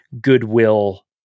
goodwill